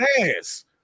ass